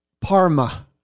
Parma